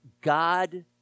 God